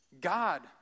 God